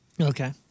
Okay